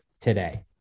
today